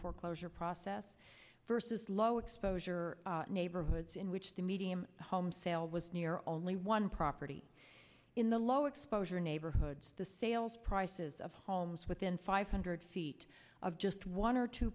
closure process versus low exposure neighborhoods in which the medium home sale was near only one property in the low exposure neighborhoods the sales prices of homes within five hundred feet of just one or two